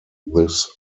this